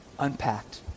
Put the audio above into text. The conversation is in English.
unpacked